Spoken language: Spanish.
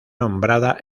nombrada